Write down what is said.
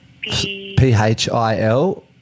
P-H-I-L